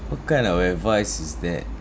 what kind of advice is that